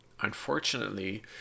Unfortunately